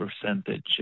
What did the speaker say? percentage